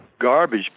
garbage